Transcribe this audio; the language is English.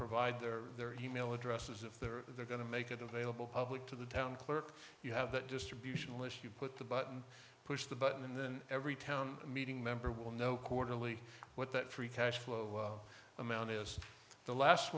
provide their e mail addresses if they're going to make it available public to the town clerk you have that distribution list you put the button push the button and then every town meeting member will know quarterly what that free cash flow amount is the last